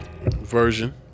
version